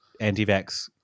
anti-vax